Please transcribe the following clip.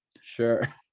Sure